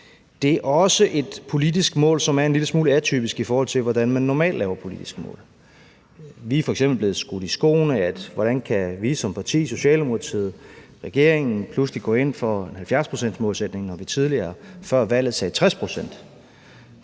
Det er også et politisk mål, som er en lille smule atypisk, i forhold til hvordan man normalt laver politiske mål. Vi er f.eks. blevet skudt ting i skoene og spurgt, hvordan vi som parti, Socialdemokratiet, regeringen, pludselig kan gå ind for en 70-procentsmålsætning, når vi tidligere før valget sagde 60